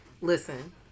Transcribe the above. Listen